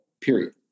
period